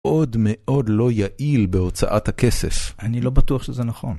עוד מאוד לא יעיל בהוצאת הכסף. אני לא בטוח שזה נכון.